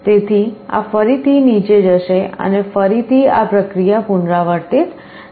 તેથી આ ફરીથી નીચે જશે અને ફરીથી આ પ્રક્રિયા પુનરાવર્તન થશે